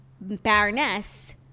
Baroness